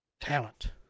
talent